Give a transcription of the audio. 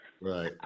Right